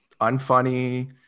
unfunny